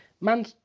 Man